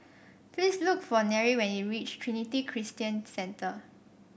please look for Nery when you reach Trinity Christian Centre